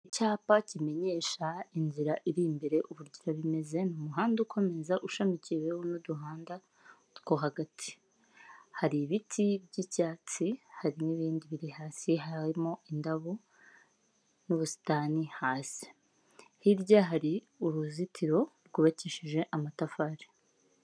Ahantu hasa nk'ahantu abantu basohokera bisa nk'akabari cyangwa se ahantu abantu bajya kwiyakirira bakaba bahafatiramo amafunguro ya saa sita, hari mu ibara ry'umutuku, hariho intebe z'umutuku ndetse n'imitaka yayo iratukura, birasa nk'ahantu mu gipangu hakinjiramo n'imodoka z'abantu baba baje kubagana.